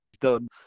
done